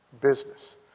Business